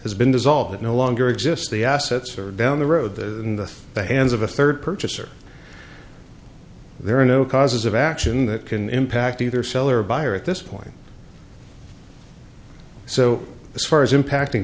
has been dissolved it no longer exists the assets are down the road the hands of a third purchaser there are no causes of action that can impact either seller or buyer at this point so as far as impacting